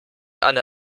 anne